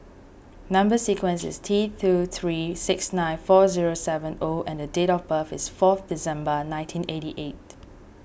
Number Sequence is T two three six nine four zero seven O and date of birth is four December nineteen eighty eight